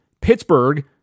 Pittsburgh